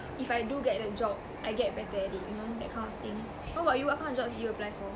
if I do get the job I get better at it you know that kind of thing how about you what kind of jobs did you apply for